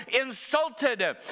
insulted